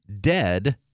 Dead